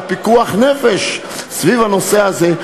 פיקוח הנפש סביב הנושא הזה,